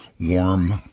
warm